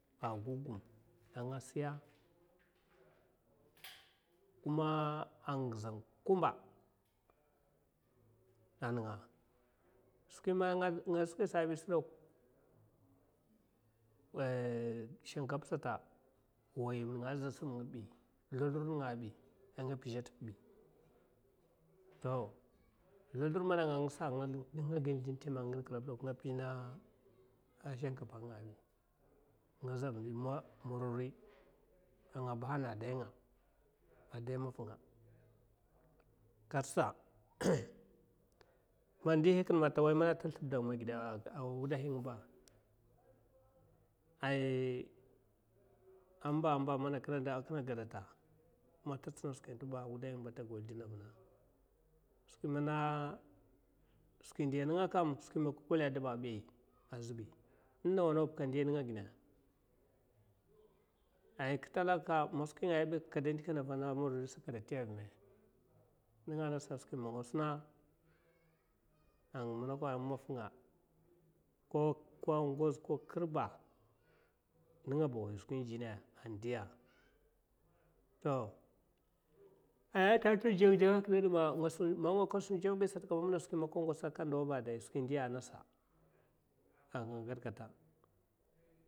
A gogum anga siya kuma angizanga kuma a nenga skwi man nga skwi sa èi, shinkap sat nga pizhe nenga azèay nga za zlozlur nenga'a èi, man ndohi kine man ta way zlibda dan gida a wuday nga ba ata gau mizline avuna, amba amba mana a kine agaɓa ta mana a wudaynga nga ba ata tsina skwi mana skwi ndi nenga skwi man aka kwele adeba azèay ko ngoz ko kir away skwi n'jina, man kasuna jongo aèbi sata a skwi mana ka ngotsa a ka ndau dai skwi ndi a ngasa